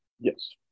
Yes